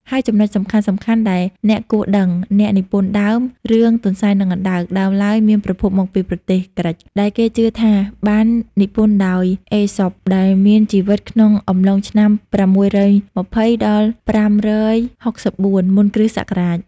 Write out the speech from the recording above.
ហើយចំណុចសំខាន់ៗដែលអ្នកគួរដឹង អ្នកនិពន្ធដើម រឿង ទន្សាយ និងអណ្ដើក ដើមឡើយមានប្រភពមកពីប្រទេសក្រិក ដែលគេជឿថាបាននិពន្ធដោយ អេសុប ដែលមានជីវិតក្នុងអំឡុងឆ្នាំ៦២០-៥៦៤ មុនគ្រិស្តសករាជ។